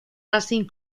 racing